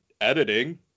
editing